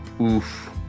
oof